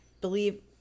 believe